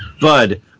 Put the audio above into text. Bud